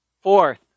Fourth